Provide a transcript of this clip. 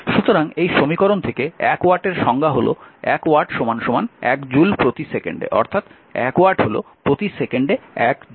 সুতরাং এই সমীকরণ থেকে 1 ওয়াটের সংজ্ঞা হল 1 ওয়াট 1 জুল প্রতি সেকেন্ডে অর্থাৎ 1 ওয়াট হল প্রতি সেকেন্ডে এক জুল